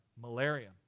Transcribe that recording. malaria